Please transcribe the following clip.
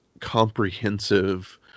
comprehensive